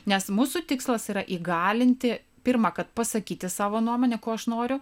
nes mūsų tikslas yra įgalinti pirma kad pasakyti savo nuomonę ko aš noriu